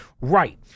right